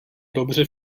dobře